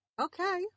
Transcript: Okay